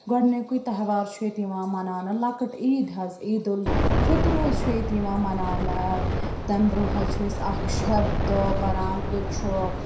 گۄڈٕنیُکُے تہوار چھُ ییٚتہِ یِوان مَناونہٕ لۄکٕٹ عید حظ عید الفطر حظ چھُ ییٚتہِ یِوان مَناونہٕ تَمہِ برٛونٛہہ حظ چھِ أسۍ اکھ شَب تہٕ بَران ییٚتہِ چھُ